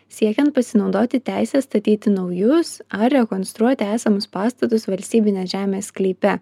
siekiant pasinaudoti teise statyti naujus ar rekonstruoti esamus pastatus valstybinės žemės sklype